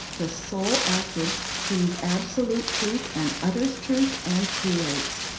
the soul active sees absolute truth and utters truth and creates.